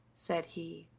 said he,